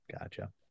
gotcha